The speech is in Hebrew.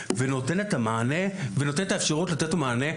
ונותן את האפשרות לתת לו את המענה,